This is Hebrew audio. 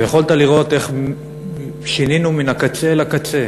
ויכולת לראות איך שינינו מן הקצה אל הקצה